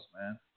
man